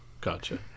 gotcha